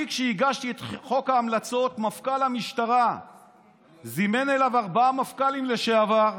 כשהגשתי את חוק ההמלצות מפכ"ל המשטרה זימן אליו ארבעה מפכ"לים לשעבר,